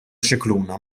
scicluna